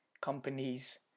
Companies